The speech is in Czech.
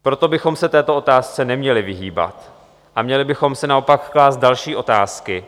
Proto bychom se této otázce neměli vyhýbat a měli bychom si naopak klást další otázky.